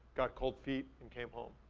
got cold feet and came home.